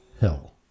hell